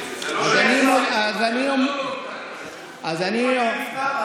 אז אני לא מעודכן.